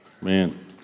Man